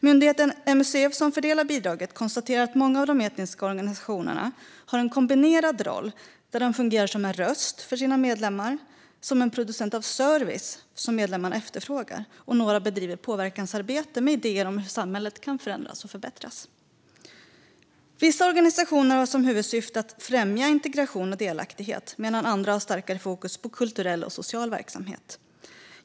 Myndigheten MUCF, som fördelar bidraget, konstaterar att många av de etniska organisationerna har en kombinerad roll. De fungerar som en röst för sina medlemmar eller som en producent av service som medlemmarna efterfrågar, och några bedriver ett påverkansarbete med idéer om hur samhället kan förändras och förbättras. Vissa organisationer har som huvudsyfte att främja integration och delaktighet, medan andra har starkare fokus på kulturell och social verksamhet.